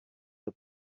the